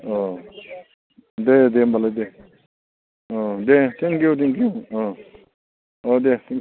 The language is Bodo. औ दे दे होमबालाय दे औ दे थेंकिउ थेंकिउ ओह अह दे थेंख